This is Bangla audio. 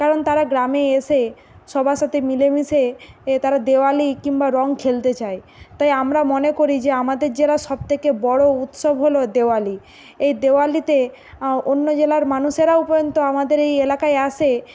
কারণ তারা গ্রামে এসে সবার সাথে মিলে মিশে এ তারা দেওয়ালি কিম্বা রঙ খেলতে চায় তাই আমরা মনে করি যে আমাদের জেলার সবথেকে বড়ো উৎসব হলো দেওয়ালি এই দেওয়ালিতে অন্য জেলার মানুষেরাও পর্যন্ত আমাদের এই এলাকায় আসে